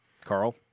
Carl